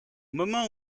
moment